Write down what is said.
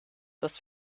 das